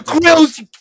grills